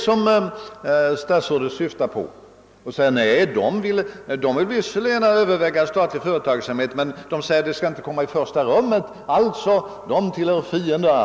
Han tänker kanske: Nej, de vill visst överväga införande av statlig företagsamhet men de säger inte att den skall komma i första rummet. Då tillhör vi alltså fienderna.